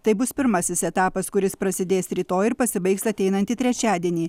tai bus pirmasis etapas kuris prasidės rytoj ir pasibaigs ateinantį trečiadienį